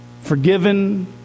Forgiven